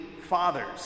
fathers